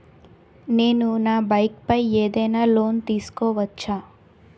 నేను నా బైక్ పై ఏదైనా లోన్ తీసుకోవచ్చా?